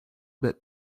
bit